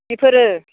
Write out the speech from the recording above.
बेफोरो